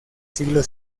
siglo